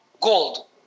gold